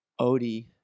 Odie